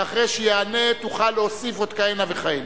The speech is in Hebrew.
ואחרי שיענה תוכל להוסיף עוד כהנה וכהנה.